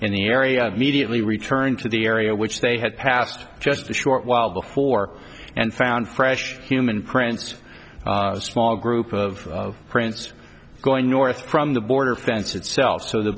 in the area immediately returned to the area which they had passed just a short while before and found fresh human prints small group of prints going north from the border fence itself so the